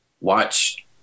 watch